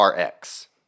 Rx